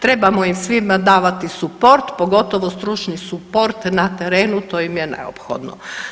Trebamo im svima davati suport, pogotovo stručni suport na terenu to im je neophodno.